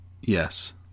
Yes